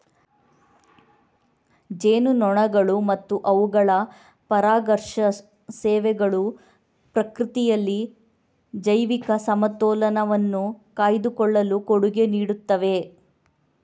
ಜೇನುನೊಣಗಳು ಮತ್ತು ಅವುಗಳ ಪರಾಗಸ್ಪರ್ಶ ಸೇವೆಗಳು ಪ್ರಕೃತಿಯಲ್ಲಿ ಜೈವಿಕ ಸಮತೋಲನವನ್ನು ಕಾಯ್ದುಕೊಳ್ಳಲು ಕೊಡುಗೆ ನೀಡುತ್ತವೆ